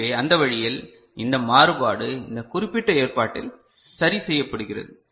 எனவே அந்த வழியில் இந்த மாறுபாடு இந்த குறிப்பிட்ட ஏற்பாட்டில் சரி செய்யப்படுகிறது